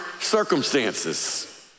circumstances